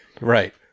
Right